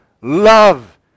love